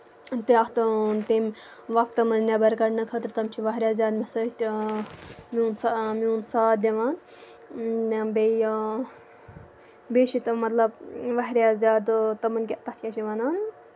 تَتھ تٔمۍ وقتہٕ منٛز نٮ۪بر کَڑنہٕ خٲطرٕ تِم چھ واریاہ زیادٕ مےٚ سۭتۍ تہِ ساتھ دِوان بیٚیہِ بیٚیہِ چھِ تِم مطلب واریاہ زیادٕ تِمَن تَتھ کیاہ چھِ وَنان